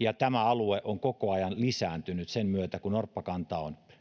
ja alue on koko ajan lisääntynyt sen myötä kun norppakanta on